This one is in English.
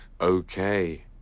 Okay